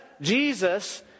Jesus